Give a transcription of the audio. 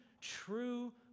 true